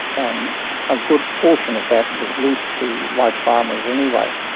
and a good portion of that was leased to white farmers anyway.